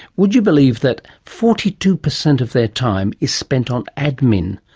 would you believe that forty two percent of their time is spent on admin,